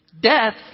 Death